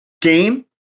game